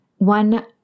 One